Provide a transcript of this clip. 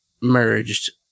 merged